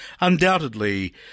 undoubtedly